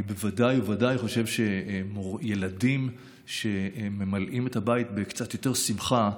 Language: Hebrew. אני ודאי חושב שילדים שממלאים את הבית בקצת יותר שמחה,